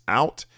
out